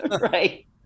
right